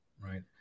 right